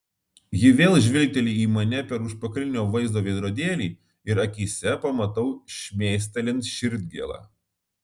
ji vėl žvilgteli į mane per užpakalinio vaizdo veidrodėlį ir akyse pamatau šmėstelint širdgėlą